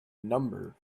number